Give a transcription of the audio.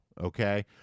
okay